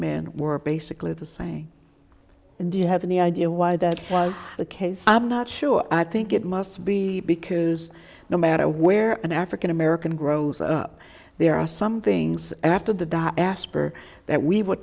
men were basically the same and do you have any idea why that was the case i'm not sure i think it must be because no matter where and african american grows up there are some things after the dot asper that we were